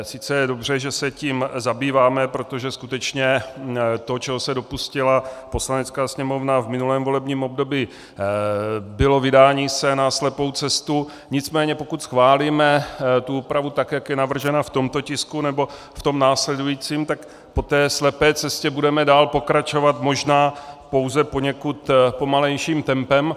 Sice je dobře, že se tím zabýváme, protože skutečně to, čeho se dopustila Poslanecká sněmovna v minulém volebním období, bylo vydání se na slepou cestu, nicméně pokud schválíme úpravu tak, jak je navržena v tomto tisku nebo v tom následujícím, tak po té slepé cestě budeme dál pokračovat, možná pouze poněkud pomalejším tempem.